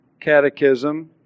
catechism